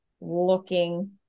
looking